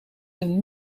een